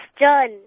John